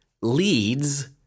leads